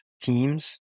teams